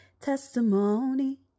testimony